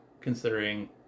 considering